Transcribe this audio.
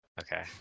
Okay